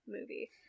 movie